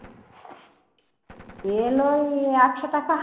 এ হলো এই একশো টাকা